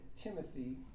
Timothy